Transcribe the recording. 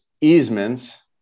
easements